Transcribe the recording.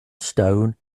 stone